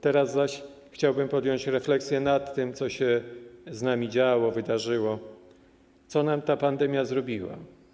Teraz zaś chciałbym podjąć refleksję nad tym, co się z nami działo, wydarzyło, co nam ta pandemia zrobiła.